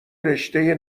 رشتهء